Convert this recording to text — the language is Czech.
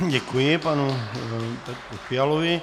Děkuji panu Fialovi.